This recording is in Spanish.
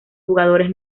jugadores